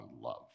love